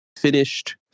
finished